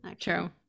true